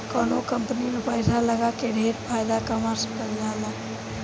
कवनो कंपनी में पैसा लगा के ढेर फायदा कमा सकल जाला